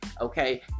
Okay